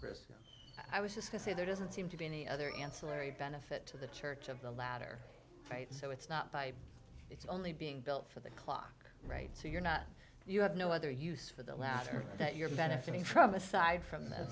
rest i was just to say there doesn't seem to be any other ancillary benefit to the church of the latter quite so it's not by it's only being built for the clock right so you're not you have no other use for the latter that you're benefiting from aside from that